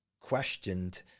questioned